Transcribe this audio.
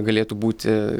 galėtų būti